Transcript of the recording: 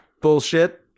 bullshit